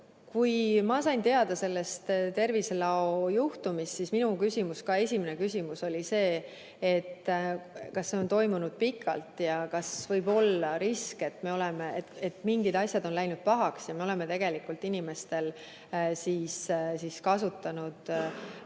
kui ma sain teada sellest terviselao juhtumist, siis minu esimene küsimus oli, kas see on toimunud juba pikalt ja kas võib olla risk, et mingid asjad on läinud pahaks ja me oleme tegelikult inimestel kasutanud